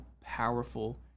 powerful